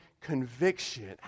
conviction